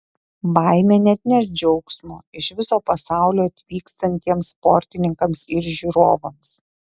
baimė neatneš džiaugsmo iš viso pasaulio atvykstantiems sportininkams ir žiūrovams